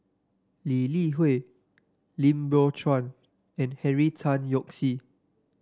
Lee Li Hui Lim Biow Chuan and Henry Tan Yoke See